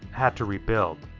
had to rebuild.